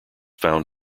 found